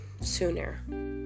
sooner